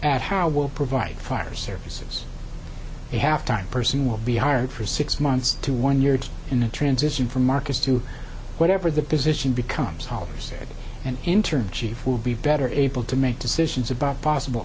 at how we'll provide fire services a half time person will be hired for six months to one year in a transition from marcus to whatever the position becomes haulers an intern chief will be better able to make decisions about possible